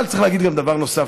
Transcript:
אבל צריך להגיד דבר נוסף,